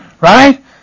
right